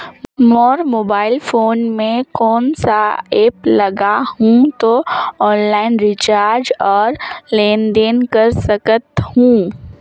मोर mobile phone मे कोन सा एप्प लगा हूं तो ऑनलाइन रिचार्ज और लेन देन कर सकत हू?